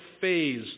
phase